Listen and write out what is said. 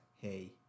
hey